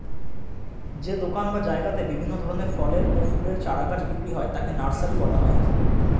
যে দোকান বা জায়গাতে বিভিন্ন ধরনের ফলের ও ফুলের চারা গাছ বিক্রি হয় তাকে নার্সারি বলা হয়